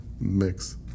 mix